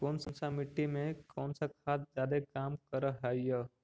कौन सा मिट्टी मे कौन सा खाद खाद जादे काम कर हाइय?